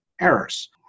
errors